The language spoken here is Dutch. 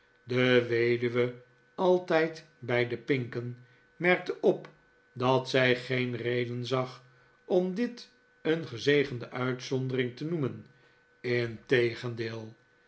de weduwe altijd bij de pinken merkte op dat zij geen reden zag om dit een gezegende uitzondering te noemen integendeel